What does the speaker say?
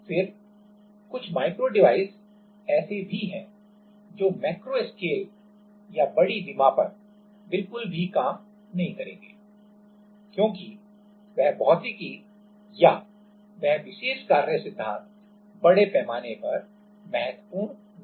फिर कुछ micro device ऐसे भी हैं जो मैक्रो स्केल या बड़ी डाइमेंशन पर बिल्कुल भी काम नहीं करेंगे क्योंकि वह भौतिकी या वह विशेष कार्य सिद्धांत बड़े पैमाने पर महत्वपूर्ण नहीं होगा